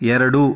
ಎರಡು